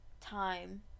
time